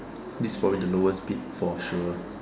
this is probably the lowest bid for sure